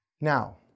Now